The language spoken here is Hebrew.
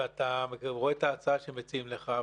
ואתה רואה את הצעה שמציעים לך.